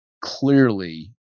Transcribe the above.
clearly